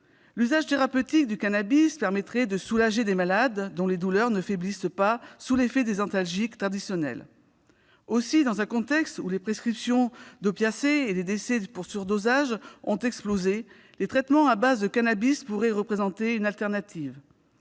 L'usage thérapeutique du cannabis permettrait de soulager des malades dont les douleurs ne faiblissent pas sous l'effet des antalgiques traditionnels. Aussi, dans un contexte où les prescriptions d'opiacés et les décès pour cause de surdosage ont explosé, les traitements à base de cannabis pourraient représenter une alternative.